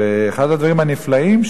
ואחד הדברים הנפלאים,